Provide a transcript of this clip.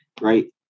right